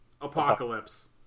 apocalypse